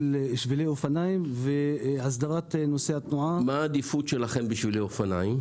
של שבילי אופניים והסדרת נושא התנועה --- יש עדיפות לשביל אופניים.